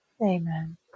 Amen